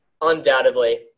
undoubtedly